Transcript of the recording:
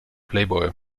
playboy